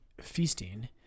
feasting